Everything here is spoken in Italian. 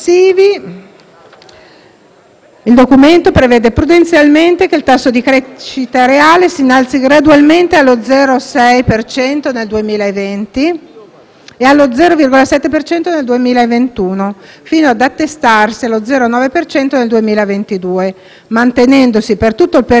il Documento prevede prudenzialmente che il tasso di crescita reale si innalzi gradualmente allo 0,6 per cento nel 2020 e allo 0,7 per cento nel 2021, fino ad attestarsi allo 0,9 per cento nel 2022, mantenendosi per tutto il periodo previsionale al di sotto del profilo